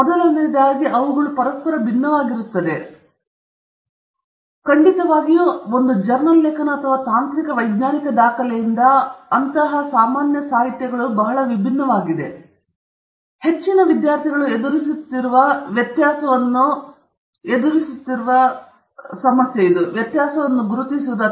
ಮೊದಲನೆಯದಾಗಿ ಅವುಗಳು ಪರಸ್ಪರ ಭಿನ್ನವಾಗಿರುತ್ತವೆ ಮತ್ತು ಅವರು ಖಂಡಿತವಾಗಿ ಒಂದು ಜರ್ನಲ್ ಲೇಖನ ಅಥವಾ ತಾಂತ್ರಿಕ ವೈಜ್ಞಾನಿಕ ದಾಖಲೆಯಿಂದ ಬಹಳ ವಿಭಿನ್ನವಾಗಿವೆ ಮತ್ತು ಹೆಚ್ಚಿನ ಸಮಯ ವಿದ್ಯಾರ್ಥಿಗಳು ಎದುರಿಸುತ್ತಿರುವ ಅತ್ಯಂತ ಕಷ್ಟಕರವಾದ ತೊಂದರೆ ಈ ವ್ಯತ್ಯಾಸವನ್ನು ಗುರುತಿಸುತ್ತದೆ